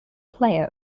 player